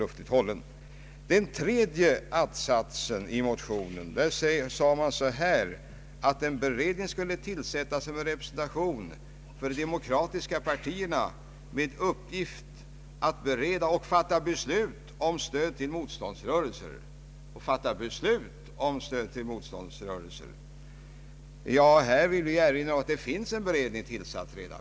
I motionens kläm begärs vidare att riksdagen i skrivelse till Kungl. Maj:t hemställer att regeringen måtte tillsätta en särskild beredning med representation från de demokratiska partierna och med uppgift att bereda och fatta beslut om stöd till motståndsrörelser. Vi vill erinra om att det redan finns en beredning tillsatt.